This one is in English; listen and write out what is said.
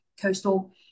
Coastal